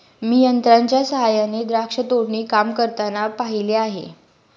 मी यंत्रांच्या सहाय्याने द्राक्ष तोडणी काम करताना पाहिले आहे